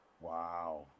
Wow